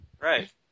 Right